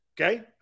okay